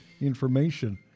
information